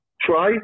try